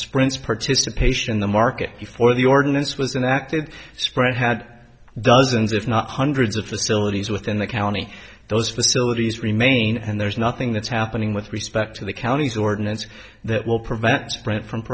sprint's participation the market before the ordinance was an active spread had dozens if not hundreds of facilities within the county those facilities remain and there's nothing that's happening with respect to the county's ordinance that will prevent sprint from